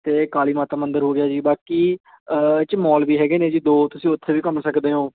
ਅਤੇ ਕਾਲੀ ਮਾਤਾ ਮੰਦਰ ਹੋ ਗਿਆ ਜੀ ਬਾਕੀ ਇਹ 'ਚ ਮੋਲ ਵੀ ਹੈਗੇ ਨੇ ਜੀ ਦੋ ਤੁਸੀਂ ਉੱਥੇ ਵੀ ਘੁੰਮ ਸਕਦੇ ਹੋ